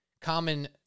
Common